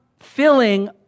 filling